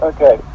Okay